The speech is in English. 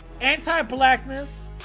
anti-blackness